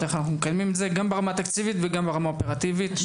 גם ברמה תקציבית וגם ברמה אופרטיבית,